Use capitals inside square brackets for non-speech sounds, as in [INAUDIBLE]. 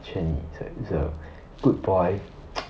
is a is a good boy [NOISE]